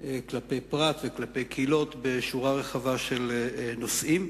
נותן כלפי פרט וכלפי קהילות בשורה רחבה של נושאים,